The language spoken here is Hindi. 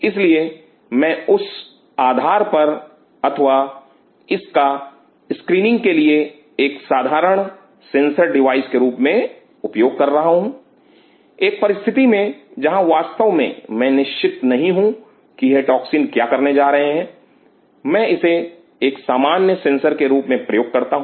इसलिए मैं उस आधार पर अथवा इसका स्क्रीनिंग के लिए एक साधारण सेंसर डिवाइस के रूप में उपयोग कर रहा हूं एक परिस्थिति में जहां वास्तव में मैं निश्चित नहीं हूं की यह टॉक्सिन क्या करने जा रहा है मैं इसे एक सामान्य सेंसर के रूप में प्रयोग करता हूं